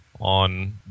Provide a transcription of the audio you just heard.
on